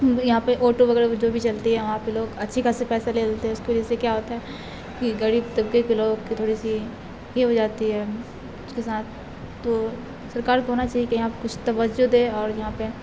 تو یہاں پہ آٹو وغیرہ جو بھی چلتی ہے وہاں پہ لوگ اچھے خاصے پیسہ لے لیتے ہیں اس کی وجہ سے کیا ہوتا ہے کہ غریب طبقے کے لوگوں کی تھوڑی سی یہ ہو جاتی ہے اس کے ساتھ تو سرکار کو ہونا چاہیے کہ یہاں کچھ توجہ دے اور یہاں پہ